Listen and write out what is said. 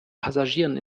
passagieren